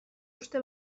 uste